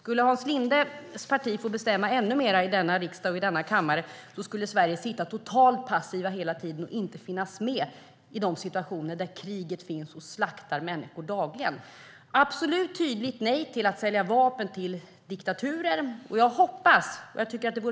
Om Hans Lindes parti skulle få bestämma ännu mer i denna riksdag och denna kammare skulle Sverige sitta totalt passivt hela tiden och inte finnas med i de situationer där kriget finns och människor slaktas dagligen. Vi säger absolut tydligt nej till att sälja vapen till diktaturer.